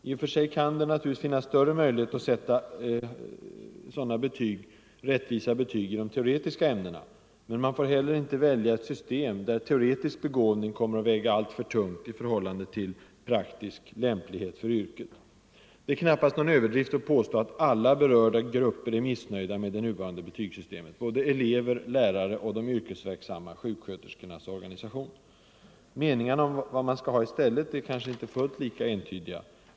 I och för sig kan det finnas större möjligheter att sätta rättvisa betyg i de teoretiska ämnena. Men man får heller inte välja ett system där teoretisk begåvning kommer att väga alltför tungt i förhållande till prak 25 tisk lämplighet för yrket. Det är knappast någon överdrift att påstå att alla berörda grupper är missnöjda med det nuvarande betygssystemet, både elever, lärare och de yrkesverksamma sjuksköterskornas organisation. Meningarna om vad man skall ha i stället är kanske inte fullt lika entydiga.